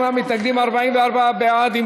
58 מתנגדים, 41 בעד.